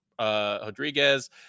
Rodriguez